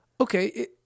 okay